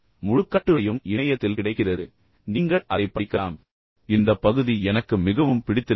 முழு கட்டுரையும் இணையத்தில் கிடைக்கிறது நீங்கள் அதைப் படிக்கலாம் ஆனால் இந்த பகுதி எனக்கு மிகவும் பிடித்திருந்தது